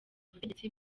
ubutegetsi